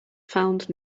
found